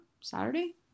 saturday